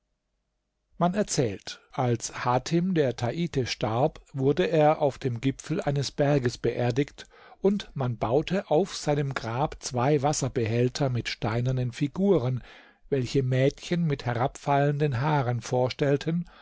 man erzählt als hatim der taite starb wurde er auf dem gipfel eines berges beerdigt und man baute auf seinem grab zwei wasserbehälter mit steinernen figuren welche mädchen mit herabfallenden haaren vorstellten